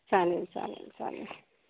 चालेल चालेल चालेल